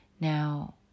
Now